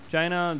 China